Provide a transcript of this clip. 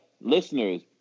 listeners